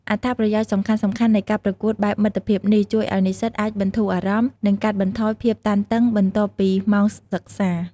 អត្ថប្រយោជន៍សំខាន់ៗនៃការប្រកួតបែបមិត្តភាពនេះ ជួយឱ្យនិស្សិតអាចបន្ធូរអារម្មណ៍ និងកាត់បន្ថយភាពតានតឹងបន្ទាប់ពីម៉ោងសិក្សា។